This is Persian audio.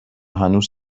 هنوز